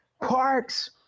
parks